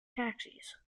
taxis